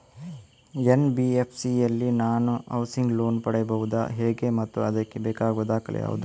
NBFC ಯಲ್ಲಿ ನಾನು housing loan ಪಡೆಯುದು ಹೇಗೆ ಮತ್ತು ಅದಕ್ಕೆ ಬೇಕಾಗುವ ದಾಖಲೆ ಯಾವುದು?